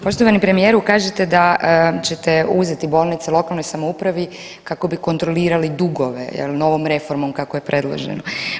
Poštovani premijeru kažete da ćete uzeti bolnice lokalnoj samoupravi kako bi kontrolirali dugove jel novom reformom kako je predloženo.